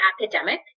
academic